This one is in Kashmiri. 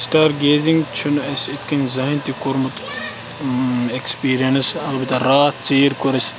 سِٹار گیزِنٛگ چھُنہٕ اَسہِ یِتھٕ کٔنۍ زٕہٕنٛۍ تہِ کوٚرمُت ایٚکٕسپیٖریَنٕس البتہٕ راتھ ژیٖرۍ کوٚر اَسہِ